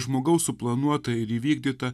žmogaus suplanuota ir įvykdyta